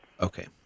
Okay